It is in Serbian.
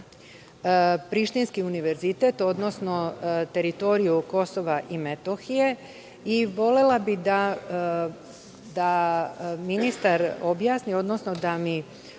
Prištinski univerzitet, odnosno teritoriju Kosova i Metohije. Volela bih da ministar objasni, odnosno da mi